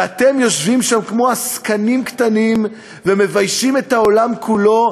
ואתם יושבים שם כמו עסקנים קטנים ומביישים את העולם כולו,